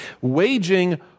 Waging